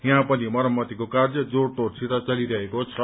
यहाँ पनि मरम्मतिको कार्य जोड़तोड़सित चलिरहेको छ